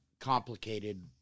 complicated